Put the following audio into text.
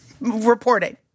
reporting